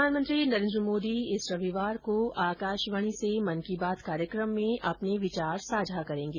प्रधानमंत्री नरेन्द्र मोदी इस रविवार को आकाशवाणी से मन की बात कार्यक्रम में अपने विचार साझा करेंगे